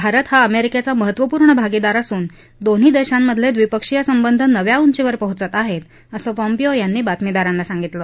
भारत हा अमेरिकेचा महत्त्वपूर्ण भागीदार असून दोन्ही देशांमधले द्विपक्षीय संबंध नव्या उंचीवर पोहचत आहेत असं पॉम्पियो यांनी बातमीदारांना सांगितलं